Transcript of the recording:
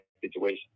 situation